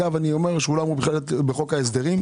אני אומר שהוא לא אמור בכלל להיות בחוק ההסדרים.